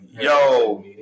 Yo